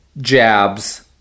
jabs